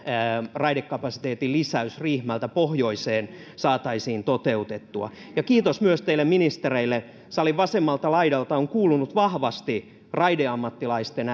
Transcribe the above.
raidekapasiteetin lisäys riihimäeltä pohjoiseen saataisiin toteutettua kiitos myös teille ministereille salin vasemmalta laidalta on kuulunut vahvasti raideammattilaisten